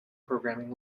programming